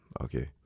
Okay